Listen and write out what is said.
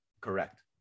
Correct